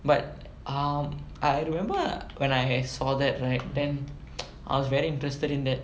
but um I remember when I saw that right then I was very interested in that